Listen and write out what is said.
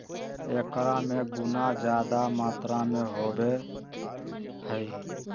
एकरा में गुना जादा मात्रा में होबा हई